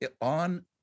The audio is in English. on